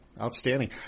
Outstanding